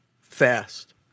fast